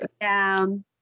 Down